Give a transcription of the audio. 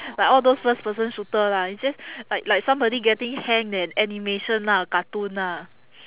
like all those first person shooter lah it's just like like somebody getting hanged and animation lah cartoon lah